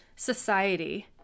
society